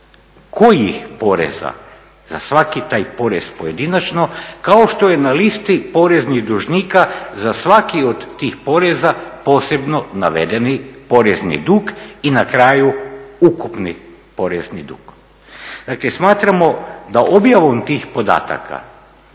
kojih poreza za svaki taj porez pojedinačno kao što je na listi poreznih dužnika za svaki od tih poreza posebno navedeni porezni dug i na kraju ukupni porezni dug. Dakle smatramo da objavom tih podataka